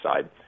side